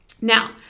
Now